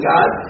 God